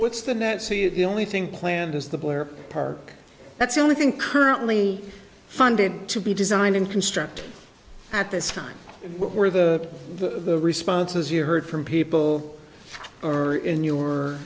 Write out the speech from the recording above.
what's the net see the only thing planned is the blair park that's the only thing currently funded to be designed and constructed at this time where the the responses you heard from people are in your